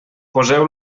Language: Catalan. poseu